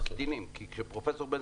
אבל אנחנו מקטינים כי כאשר פרופסור בן